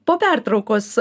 po pertraukos